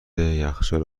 یخچال